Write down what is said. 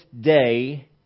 day